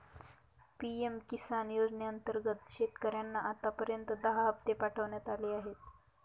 PM Kisan योजनेअंतर्गत शेतकऱ्यांना आतापर्यंत दहा हप्ते पाठवण्यात आले आहेत